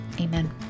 Amen